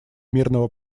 мирного